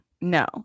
No